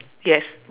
yes